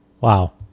wow